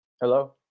Hello